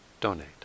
donate